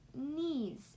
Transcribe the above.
knees